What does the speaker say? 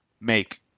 make